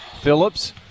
Phillips